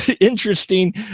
interesting